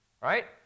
right